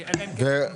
13:47.